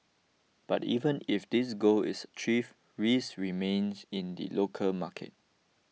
but even if this goal is achieve risk remains in the local market